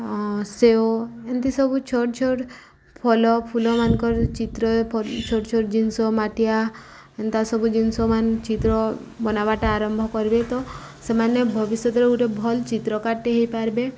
ସେଓ ଏମିତି ସବୁ ଛୋଟ୍ ଛୋଟ୍ ଫଲ ଫୁଲମାନଙ୍କର ଚିତ୍ର ଛୋଟ୍ ଛୋଟ୍ ଜିନିଷ ମାଠିଆ ଏନ୍ତା ସବୁ ଜିନିଷ ମାନ ଚିତ୍ର ବନାବାଟା ଆରମ୍ଭ କରିବେ ତ ସେମାନେ ଭବିଷ୍ୟତରେ ଗୋଟେ ଭଲ୍ ଚିତ୍ରକର୍ଟେ ହେଇପାରବେ